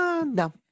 no